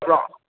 hello